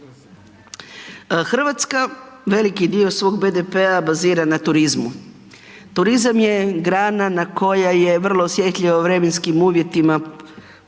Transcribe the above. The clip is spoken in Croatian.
Hrvatska, veliki dio svog BDP-a bazira na turizmu. Turizam je grana na koja je vrlo osjetljiva vremenskim uvjetima, nepogodama